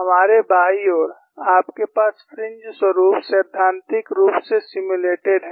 हमारे बाईं ओर आपके पास फ्रिंज स्वरुप सैद्धांतिक रूप से सिम्युलेटेड हैं